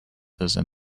ministers